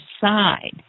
side